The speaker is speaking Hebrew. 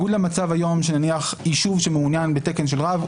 נניח יישוב שמעוניין בתקן של רב,